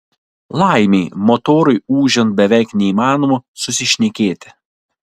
laimei motorui ūžiant beveik neįmanoma susišnekėti